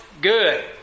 good